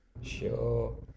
Sure